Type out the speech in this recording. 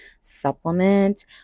supplement